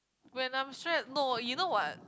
when I'm stressed no you know what